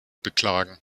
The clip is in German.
beklagen